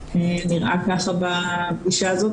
נראה ככה בפגישה הזאת,